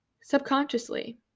subconsciously